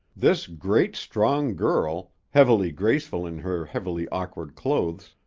this great, strong girl, heavily graceful in her heavily awkward clothes,